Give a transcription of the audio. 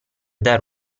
dare